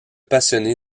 passionné